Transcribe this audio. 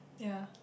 ya